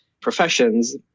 professions